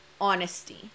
honesty